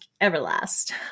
everlast